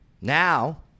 Now